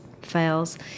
fails